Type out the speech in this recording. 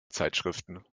zeitschriften